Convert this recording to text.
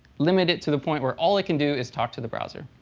limit it to the point where all it can do is talk to the browser.